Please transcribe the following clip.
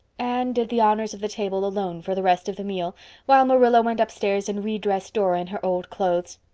anne did the honors of the table alone for the rest of the meal while marilla went upstairs and redressed dora in her old clothes.